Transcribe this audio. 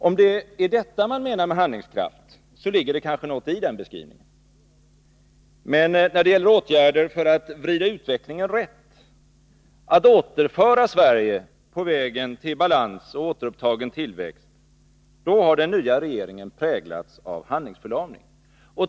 Om det är detta man menar med handlingskraft, så ligger det kanske något i en sådan beskrivning, men när det gäller åtgärder för att vrida utvecklingen rätt, att återföra Sverige på vägen till balans och återupptagen tillväxt, då har den nya regeringen präglats av handlingsförlamning.